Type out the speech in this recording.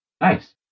Nice